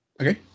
Okay